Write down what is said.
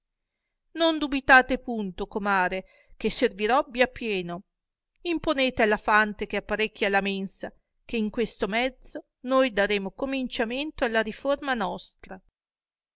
non dubitate punto comare che servirovvi a pieno imponete alla fante che apparecchia la mensa che in questo mezzo noi daremo cominciamento alla riforma nostra